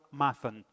Mathan